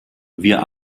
wir